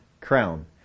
crown